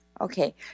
Okay